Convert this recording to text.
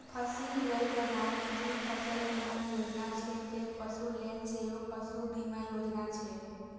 फसिल लेल प्रधानमंत्री फसल बीमा योजना छै, ते पशु लेल सेहो पशु बीमा योजना छै